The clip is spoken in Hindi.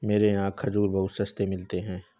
मेरे यहाँ खजूर बहुत सस्ते मिलते हैं